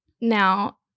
now